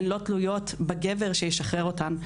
הן לא תלויות בגבר שישחרר אותן.